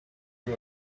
you